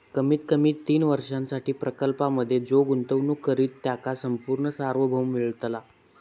कमीत कमी तीन वर्षांसाठी प्रकल्पांमधे जो गुंतवणूक करित त्याका संपूर्ण सार्वभौम मिळतला